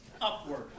upward